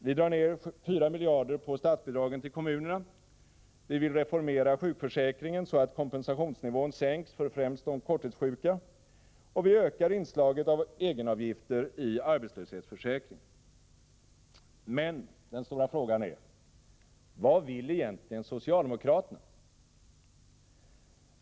Vi drar ner 4 miljarder på statsbidragen till kommunerna, vi vill reformera sjukförsäkringen, så att kompensationsnivån sänks för främst de korttidssjuka, och vi ökar inslaget av egenavgifter i arbetslöshetsförsäkringen. Men den stora frågan är: Vad vill egentligen socialdemokraterna?